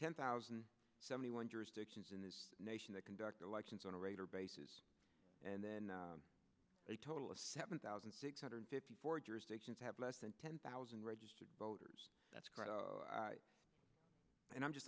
ten thousand seventy one jurisdictions in this nation that conduct elections on a regular basis and then a total of seven thousand six hundred fifty four jurisdictions have less than ten thousand registered voters that's correct and i'm just